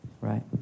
right